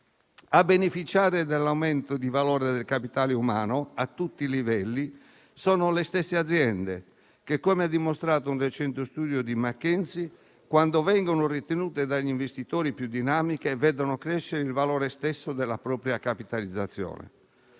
A beneficiare dell'aumento di valore del capitale umano, a tutti i livelli, sono le stesse aziende che, come ha dimostrato un recente studio di McKinsey, quando vengono ritenute dagli investitori più dinamiche, vedono crescere il valore stesso della propria capitalizzazione.